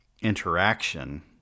interaction